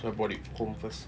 so I brought it home first